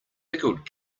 pickled